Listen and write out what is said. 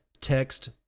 text